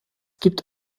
gibt